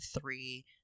three